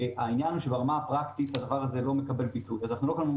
הבעיה היא שברמה הפרקטית הדבר הזה לא מקבל ביטוי.